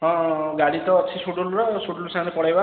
ହଁ ହଁ ଗାଡ଼ି ତ ଅଛି ସୁଡ଼ୁଲର ସୁଡ଼ୁଲୁ ସାଙ୍ଗରେ ପଳାଇବା